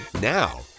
Now